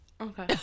Okay